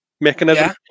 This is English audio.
mechanism